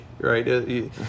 right